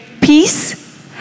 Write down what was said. peace